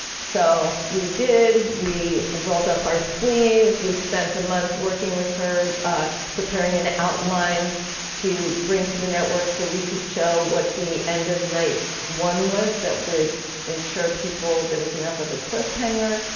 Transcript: so we did. we ah rolled up our sleeves, we spent a month working with her preparing an outline to bring to the network so we could shot what the end of night one was that would ensure people there was enough of a cliffhanger,